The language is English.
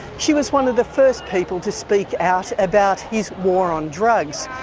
she was one of the first people to speak out about his war on drugs,